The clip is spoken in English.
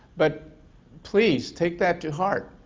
but please take that to heart,